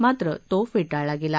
मात्र तो फेटाळला गेला